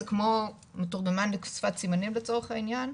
זה כמו מתורגמן לשפת סימנים לצורך העניין,